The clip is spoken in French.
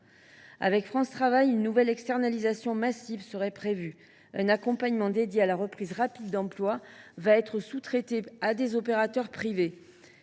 Avec France Travail, une nouvelle externalisation massive est prévue. Un accompagnement dédié à la reprise rapide d’emploi va être sous traité à des opérateurs privés.